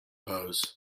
pose